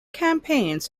campaigns